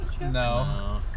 No